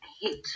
hit